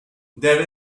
there